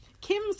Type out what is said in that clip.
Kim's